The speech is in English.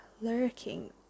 lurking